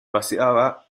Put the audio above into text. paseaba